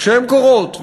כשהן קורות,